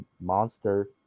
monster